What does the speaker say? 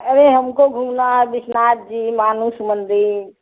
अरे हमको घूमना है विश्वनाथ जी मानस मंदिर